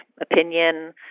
opinion